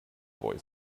boy